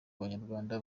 abanyarwanda